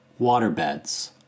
Waterbeds